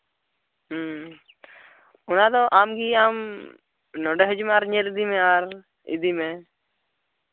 ᱦᱩᱸ ᱚᱱᱟ ᱫᱚ ᱟᱢ ᱜᱮ ᱟᱢ ᱱᱚᱸᱰᱮ ᱦᱤᱡᱩᱜ ᱢᱮ ᱟᱨ ᱧᱮᱞ ᱤᱫᱤ ᱢᱮ ᱟᱨ ᱤᱫᱤ ᱢᱮ